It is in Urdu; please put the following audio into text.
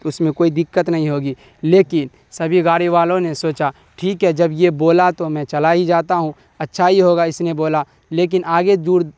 تو اس میں کوئی دقت نہیں ہوگی لیکن سبھی گاڑی والوں نے سوچا ٹھیک ہے جب یہ بولا تو میں چلا ہی جاتا ہوں اچھا ہی ہوگا اس نے بولا لیکن آگے دور